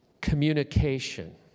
communication